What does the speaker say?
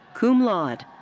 cum laude.